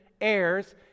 heirs